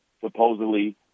supposedly